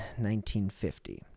1950